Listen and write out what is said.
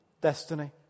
destiny